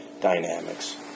dynamics